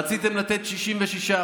רציתם לתת 66%,